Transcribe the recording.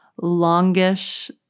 longish